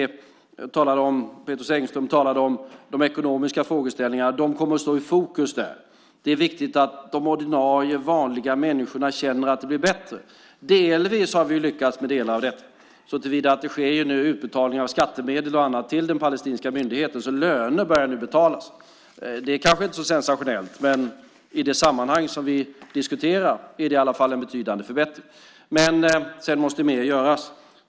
Désirée Pethrus Engström talade om de ekonomiska frågeställningarna. De kommer att stå i fokus där. Det är viktigt att de ordinarie vanliga människorna känner att det blir bättre. Vi har lyckats med delar av detta, såtillvida att det nu sker utbetalningar av skattemedel och annat till den palestinska myndigheten, så löner börjar nu betalas. Det kanske inte är så sensationellt, men i det sammanhang som vi diskuterar är det i alla fall en betydande förbättring. Men sedan måste mer göras.